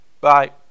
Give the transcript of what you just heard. Bye